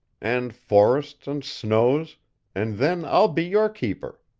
and forests, and snows and then i'll be your keeper.